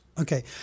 okay